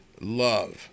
love